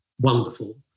wonderful